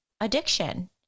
addiction